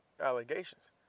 allegations